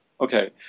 Okay